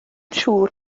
siŵr